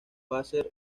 pacers